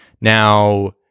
Now